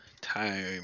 time